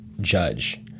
judge